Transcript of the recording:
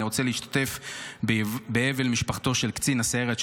אני רוצה להשתתף באבל משפחתו של קצין הסיירת,